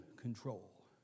control